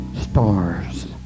stars